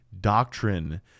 doctrine